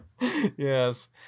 yes